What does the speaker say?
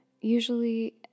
Usually